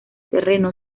terreno